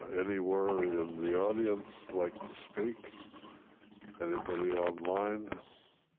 anywhere in the audience like to speak and anybody online?